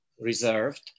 reserved